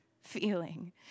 feeling